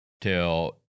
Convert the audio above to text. till